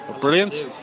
brilliant